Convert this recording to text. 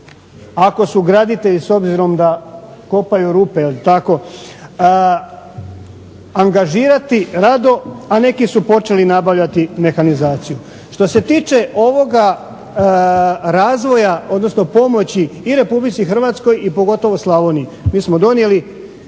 ako su graditelji s obzirom da kopaju rupe je li tako, angažirati rado, a neki su počeli nabavljati mehanizaciju. Što se tiče ovoga razvoja, odnosno pomoći i Republici Hrvatskoj i pogotovo Slavoniji, mi smo donijeli,